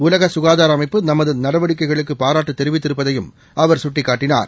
உலக சுகாதார அமைப்பு நமது நடவடிக்கைகளுக்கு பாராட்டு தெரிவித்திருப்பதைவும் அவர் சுட்டிக்காட்டினார்